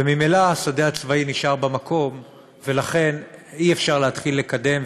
וממילא השדה הצבאי נשאר במקום ולכן אי-אפשר להתחיל לקדם,